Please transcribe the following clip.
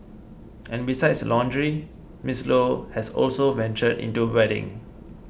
and besides lingerie Miss Low has also ventured into wedding